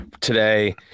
today